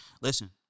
listen